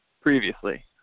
Previously